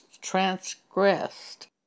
transgressed